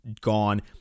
gone